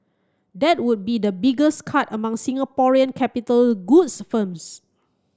that would be the biggest cut among Singaporean capital goods firms